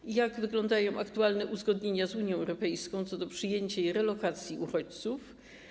I jak wyglądają aktualne uzgodnienia z Unią Europejską co do przyjęcia i relokacji uchodźców?